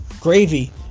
gravy